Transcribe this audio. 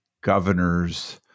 governor's